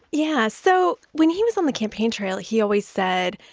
yeah. so when he was on the campaign trail he always said,